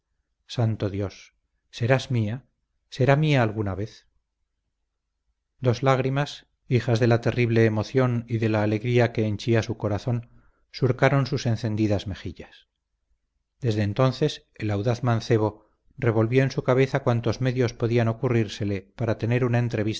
santo dios serás mía será mía alguna vez dos lágrimas hijas de la terrible emoción y de la alegría que henchía su corazón surcaron sus encendidas mejillas desde entonces el audaz mancebo revolvió en su cabeza cuantos medios podían ocurrírsele para tener una